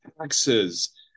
taxes